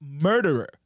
murderer